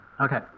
Okay